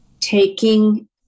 taking